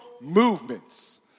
movements